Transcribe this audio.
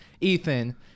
Ethan